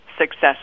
success